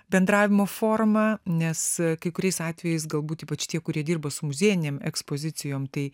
bendravimo formą nes kai kuriais atvejais galbūt ypač tie kurie dirbo su muziejinėm ekspozicijom tai